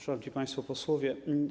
Szanowni Państwo Posłowie!